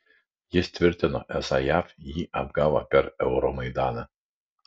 jis tvirtino esą jav jį apgavo per euromaidaną